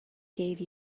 gave